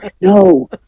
no